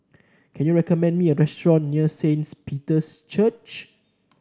can you recommend me a restaurant near Saint Peter's Church